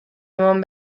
eman